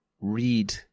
Read